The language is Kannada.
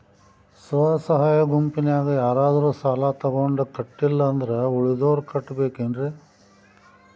ಸ್ವ ಸಹಾಯ ಗುಂಪಿನ್ಯಾಗ ಯಾರಾದ್ರೂ ಸಾಲ ತಗೊಂಡು ಕಟ್ಟಿಲ್ಲ ಅಂದ್ರ ಉಳದೋರ್ ಕಟ್ಟಬೇಕೇನ್ರಿ?